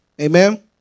Amen